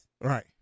Right